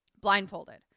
blindfolded